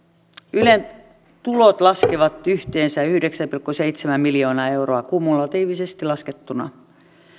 ylen tulot laskevat yhteensä yhdeksän pilkku seitsemän miljoonaa euroa kumulatiivisesti laskettuna